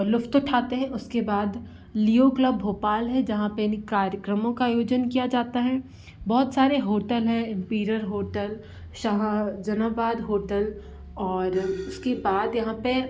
लुफ़्त उठाते हैं उसके बाद लियो क्लब भोपाल है जहाँ पर इन कार्यक्रमों का आयोजन किया जाता है बहुत सारे होटल हैं इम्पीरियल होटल शाहजनाबाद होटल और उसके बाद यहाँ पर